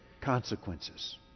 consequences